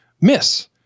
miss